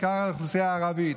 בעיקר האוכלוסייה הערבית.